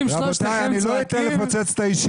אני לא אתן לפוצץ את הישיבה.